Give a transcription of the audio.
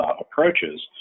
approaches